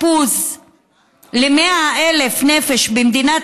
היו 2,531 מיטות האשפוז ל-100,000 נפש במדינת